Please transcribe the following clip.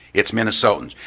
it's minnesotans,